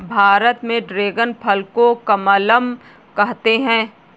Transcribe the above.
भारत में ड्रेगन फल को कमलम कहते है